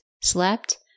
slept